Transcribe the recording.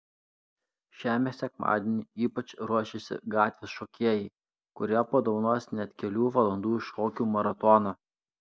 šiam sekmadieniui ypač ruošiasi gatvės šokėjai kurie padovanos net kelių valandų šokių maratoną